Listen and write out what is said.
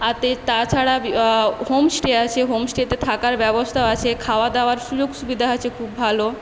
আর তে তাছাড়া home stay আছে হোম স্টেতে থাকার ব্যবস্থা আছে খাওয়াদাওয়ার সুযোগ সুবিধা আছে খুব ভালো